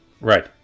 Right